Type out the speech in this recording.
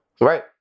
Right